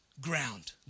ground